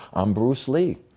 i'm bruce lee,